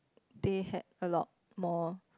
they had a lot more